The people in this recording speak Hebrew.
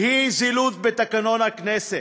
הוא זילות תקנון הכנסת,